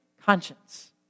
conscience